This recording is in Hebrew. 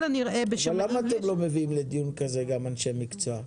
למה לדיון כזה אתם לא מביאים גם אנשי מקצוע?